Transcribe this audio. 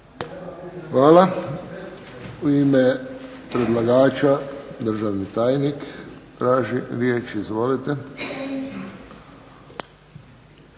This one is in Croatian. Hvala. U ime predlagača državni tajnik traži riječ. Izvolite.